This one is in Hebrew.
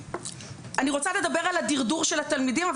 אני רוצה לדבר על הדרדור של התלמידים.